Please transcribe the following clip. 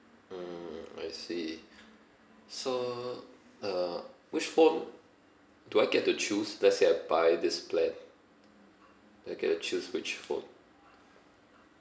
mm I see so uh which phone do I get to choose let's say I buy this plan do I get to choose which phone